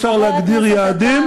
אפשר להגדיר יעדים,